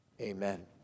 Amen